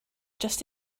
just